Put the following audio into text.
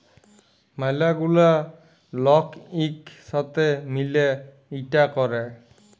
ম্যালা গুলা লক ইক সাথে মিলে ইটা ক্যরে